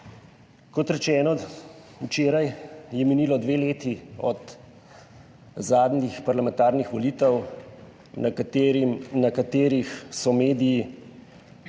Kot rečeno, včeraj je minilo dve leti od zadnjih parlamentarnih volitev na katerem, na katerih so mediji